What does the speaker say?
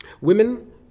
Women